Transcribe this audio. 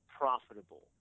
profitable